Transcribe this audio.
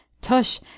Tush